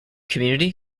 community